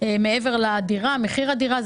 מעבר לדירה ולמחיר הדירה,